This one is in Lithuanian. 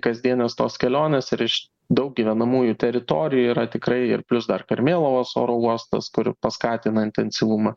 kasdienės tos kelionės ir iš daug gyvenamųjų teritorijų yra tikrai ir plius dar karmėlavos oro uostas kuri paskatina intensyvumą